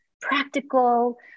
practical